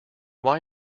why